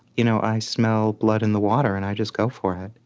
you know i smell blood in the water, and i just go for it.